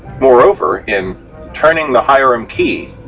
moreover, in turning the hiram key,